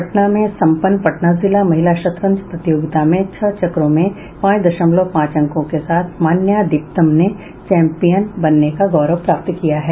पटना में संपन्न पटना जिला महिला शतरंज प्रतियोगिता में छह चक्रों में पांच दशमलव पांच अंकों के साथ मान्या दीप्तम ने चैंपियन बनने का गौरव प्राप्त किया है